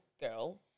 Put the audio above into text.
girl